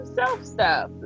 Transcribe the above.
self-stuff